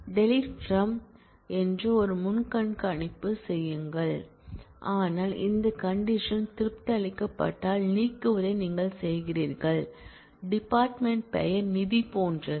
DELETE FROM delete from என்று ஒரு முன்கணிப்பு மற்றும் சொல்லுங்கள் ஆனால் இந்த கண்டிஷன் திருப்தி அளிக்கப்பட்டால் நீக்குவதை நீங்கள் செய்கிறீர்கள் டிபார்ட்மென்ட் பெயர் நிதி போன்றது